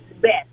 best